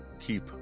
keep